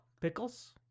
Pickles